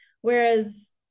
whereas